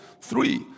Three